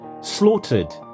slaughtered